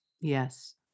Yes